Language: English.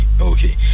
okay